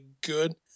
good